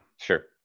Sure